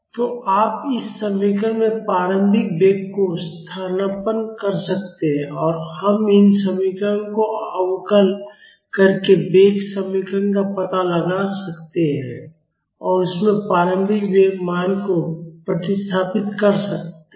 तो आप इस समीकरण में प्रारंभिक वेग को स्थानापन्न कर सकते हैं और हम इन समीकरण कों अवकल करके वेग समीकरण का पता लगा सकते हैं और उसमें प्रारंभिक वेग मान को प्रतिस्थापित कर सकते हैं